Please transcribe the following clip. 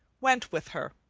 went with her.